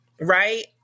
right